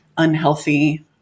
unhealthy